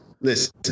Listen